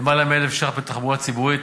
למעלה מ-100 מיליון ש"ח בתחבורה ציבורית,